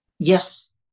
Yes